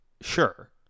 Sure